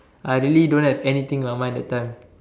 I really don't have anything on mind that time